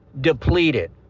depleted